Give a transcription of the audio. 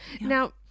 Now